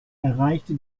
erreichte